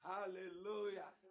Hallelujah